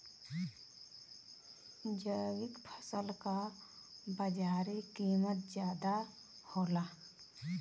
जैविक फसल क बाजारी कीमत ज्यादा होला